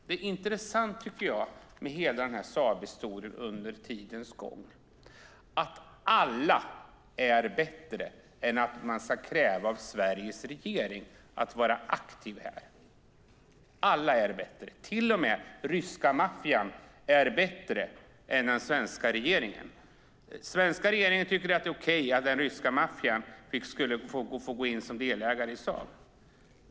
Det intressanta med hela Saabhistorien under tidens gång är att alla är bättre än att man ska kräva av Sveriges regering att vara aktiv. Alla är bättre, till och med ryska maffian är bättre än den svenska regeringen. Den svenska regeringen tycker att det är okej att den ryska maffian får gå in som delägare i Saab.